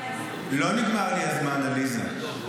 לא נגמר לי הזמן, עליזה.